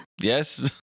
Yes